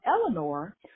Eleanor